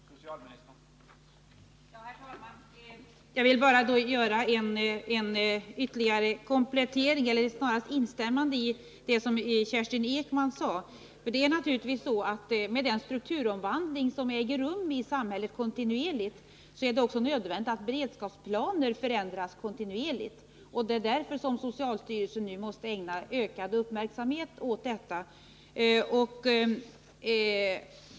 Herr talman! Jag vill bara göra en ytterligare komplettering eller snarast instämma i det som Kerstin Ekman sade, för det är naturligtvis med den strukturomvandling som kontinuerligt äger rum i samhället nödvändigt att beredskapsplaner förändras kontinuerligt. Det är därför som socialstyrelsen nu måste ägna ökad uppmärksamhet åt detta.